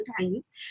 times